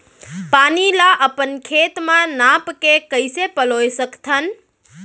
पानी ला अपन खेत म नाप के कइसे पलोय सकथन?